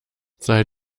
seit